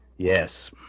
Yes